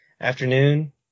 afternoon